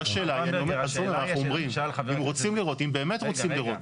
אם באמת רוצים לראות.